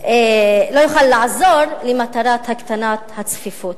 יוכל לעזור למטרת הקטנת הצפיפות.